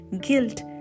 guilt